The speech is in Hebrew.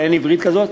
אבל אין עברית כזאת,